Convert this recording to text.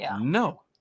No